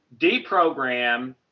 deprogram